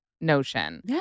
notion